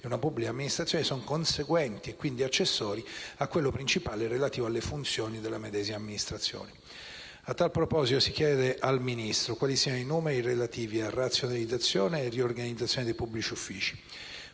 di una pubblica amministrazione sono conseguenti e quindi accessori a quello principale relativo alle funzioni della medesima amministrazione. A tal proposito, chiediamo al Ministro quali siano i numeri relativi a razionalizzazione e riorganizzazione dei pubblici uffici,